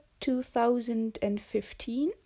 2015